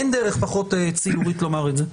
אין דרך פחות ציורית לומר את זה.